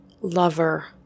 lover